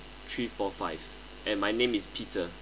three four five and my name is peter